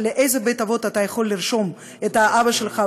לאיזה בית-אבות אתה יכול לרשום את האבא שלך,